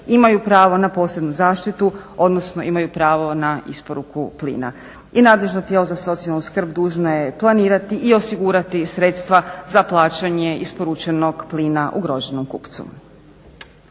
imaju pravo na posebnu zaštitu, odnosno imaju pravo na isporuku plina. I nadležno tijelo za socijalnu skrb dužno je planirati i osigurati sredstva za plaćanje isporučenog plina ugroženom kupcu.